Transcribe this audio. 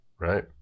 right